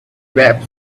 wrapped